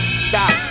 Stop